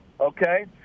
okay